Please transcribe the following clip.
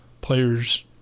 players